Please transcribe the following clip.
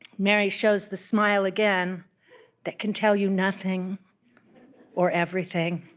mary shows the smile again that can tell you nothing or everything,